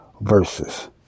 verses